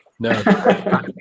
No